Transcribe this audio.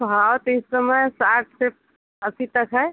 भाव तो इस समय साठ से अस्सी तक है